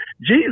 Jesus